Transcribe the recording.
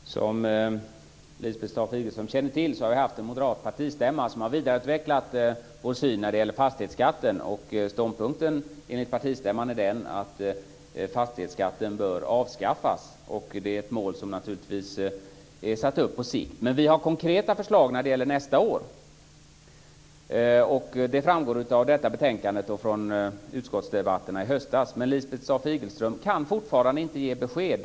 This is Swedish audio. Fru talman! Som Lisbeth Staaf-Igelström känner till har vi haft en moderat partistämma som har vidareutvecklat vår syn när det gäller fastighetsskatten. Ståndpunkten, enligt partistämman, är den att fastighetsskatten bör avskaffas. Det är ett mål som naturligtvis är satt upp på sikt. Men vi har konkreta förslag när det gäller nästa år. Det framgår av detta betänkande och av utskottsdebatterna i höstas. Lisbeth Staaf-Igelström kan fortfarande inte ge besked.